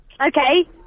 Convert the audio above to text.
Okay